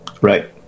Right